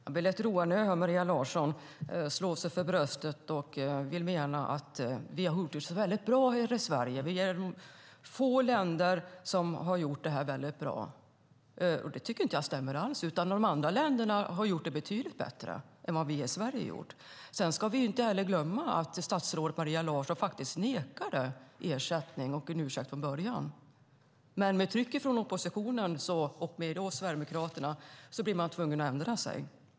Fru talman! Jag blir rätt road när jag hör Maria Larsson slå sig för bröstet och mena att vi har gjort det så väldigt bra här i Sverige. Vi är ett av få länder som har gjort det här väldigt bra, säger hon. Det tycker jag inte stämmer alls, utan de andra länderna har gjort det betydligt bättre än vad vi här i Sverige har gjort. Sedan ska vi inte heller glömma att statsrådet Maria Larsson faktiskt från början nekade till att ersättning och en ursäkt skulle ges, men med tryck från oppositionen och med oss, Sverigedemokraterna, blev hon tvungen att ändra sig.